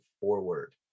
forward